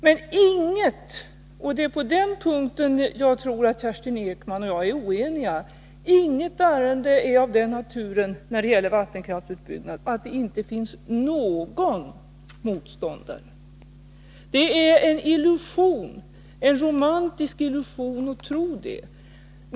Men — och det är troligtvis på den punkten Kerstin Ekman och jag är oeniga — inget ärende som gäller vattenkraftsutbyggnad är av den naturen att det inte finns någon motståndare. Det är en romantisk illusion att tro det.